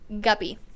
guppy